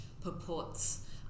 purports